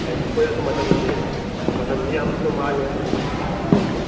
ꯍꯥꯏꯗꯤ ꯑꯩꯈꯣꯏꯗꯁꯨ ꯃꯇꯝꯁꯦ ꯃꯇꯝꯁꯤ ꯌꯥꯝꯅꯁꯨ ꯃꯥꯡꯉꯦ ꯍꯥꯏꯕ ꯍꯥꯏꯗꯤ ꯑꯗꯨ ꯑꯝꯇ